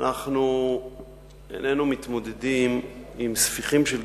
אנחנו איננו מתמודדים עם ספיחים של גזענות,